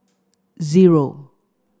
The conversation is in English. zero